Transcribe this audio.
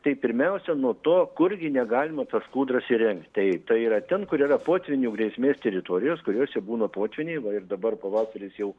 tai pirmiausia nuo to kurgi negalima tos kūdros įrengti tai tai yra ten kur yra potvynių grėsmės teritorijos kuriose būna potvyniai va ir dabar pavasaris jau